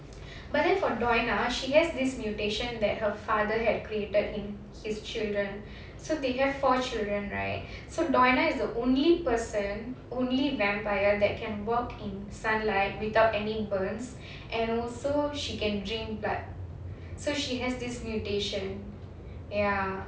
but then for doina she has this mutation that her father had created in his children so they have four children right so doina is the only person only vampire that can walk in sunlight without any burns and also she can drink blood so she has this mutation ya